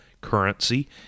currency